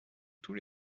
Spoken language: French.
tous